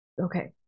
Okay